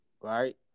right